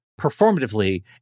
performatively